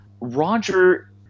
Roger